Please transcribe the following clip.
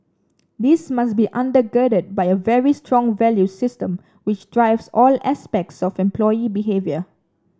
this must be under girded by a very strong values system which drives all aspects of employee behaviour